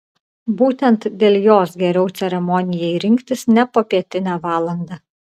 būtent dėl jos geriau ceremonijai rinktis ne popietinę valandą